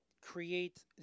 create